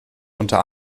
unter